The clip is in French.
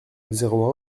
zéro